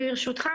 ברשותך,